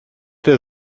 der